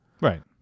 right